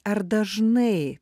ar dažnai